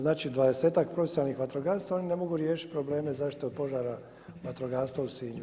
Znači dvadesetak profesionalnih vatrogasaca oni ne mogu riješiti probleme zaštitu od požara vatrogastva u Sinju.